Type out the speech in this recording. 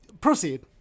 proceed